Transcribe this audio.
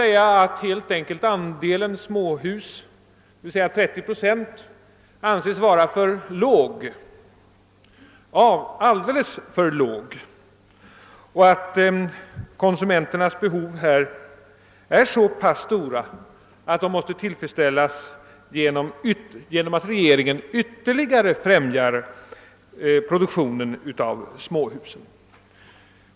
Man har insett att andelen småhus, d.v.s. 30 procent, är alldeles för låg och att konsumenternas behov måste tillfredsställas genom att regeringen ytterligare främjar produktionen av småhus.